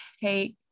take